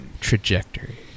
Trajectory